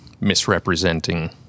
misrepresenting